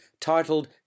titled